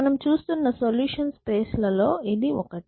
మనం చూస్తున్న solution space లలో ఇది ఒకటి